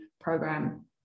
Program